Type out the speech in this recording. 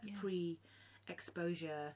pre-exposure